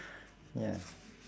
ya